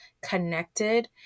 connected